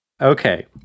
Okay